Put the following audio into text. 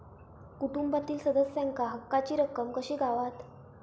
कुटुंबातील सदस्यांका हक्काची रक्कम कशी गावात?